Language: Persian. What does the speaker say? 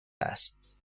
است